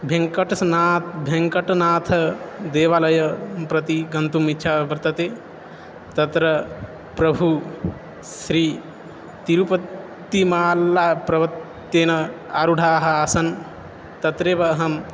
भेङ्कटस्नाथ् भेङ्कट्नाथः देवालयं प्रति गन्तुम् इच्छा वर्तते तत्र प्रभुः श्री तिरुपत्तिमाल्लाप्रवत्तेन आरुढाः आसन् तत्रेव अहम्